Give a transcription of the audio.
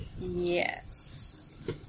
Yes